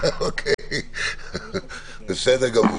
זה נכון.